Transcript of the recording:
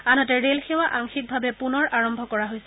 আনহাতে ৰেলসেৱা আংশিকভাৱে পুনৰ আৰম্ভ কৰা হৈছে